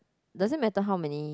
does it matter how many